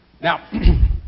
Now